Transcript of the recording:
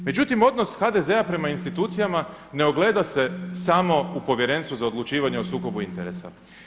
Međutim, odnos HDZ-a prema institucijama ne ogleda se samo u Povjerenstvu za odlučivanje o sukobu interesa.